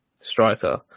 striker